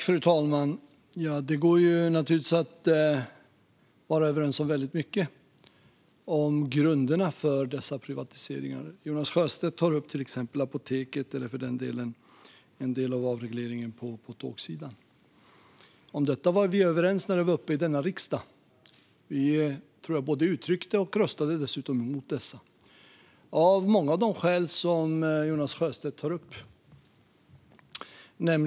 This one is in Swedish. Fru talman! Det går naturligtvis att vara överens om väldigt mycket när det gäller grunderna för dessa privatiseringar. Jonas Sjöstedt tar upp till exempel apoteken och en del av avregleringen på tågsidan. Om detta var vi överens när det var uppe i denna riksdag. Vi både uttryckte det och röstade mot förslagen. Det gjorde vi av flera av de skäl som Jonas Sjöstedt tar upp.